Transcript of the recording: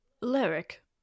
Lyric